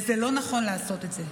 ולא נכון לעשות את זה.